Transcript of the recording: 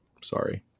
Sorry